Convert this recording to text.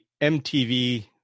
MTV